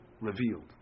revealed